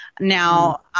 Now